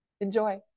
Enjoy